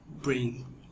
bring